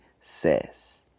says